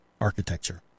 architecture